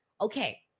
Okay